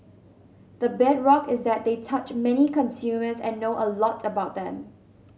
the bedrock is that they touch many consumers and know a lot about them